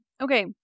Okay